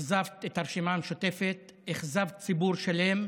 אכזבת את הרשימה המשותפת, אכזבת ציבור שלם.